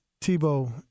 Tebow